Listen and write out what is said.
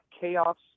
Chaos